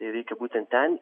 tai reikia būtent ten